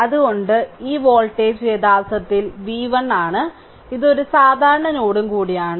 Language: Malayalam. അതിനാൽ ഈ വോൾട്ടേജ് യഥാർത്ഥത്തിൽ v1 ആണ് ഇത് ഒരു സാധാരണ നോഡും കൂടിയാണ്